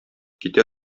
китә